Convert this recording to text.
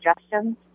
suggestions